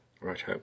Right